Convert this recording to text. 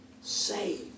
saved